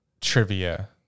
trivia